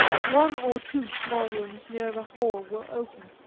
one or two small rooms near the hall were open,